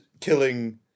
killing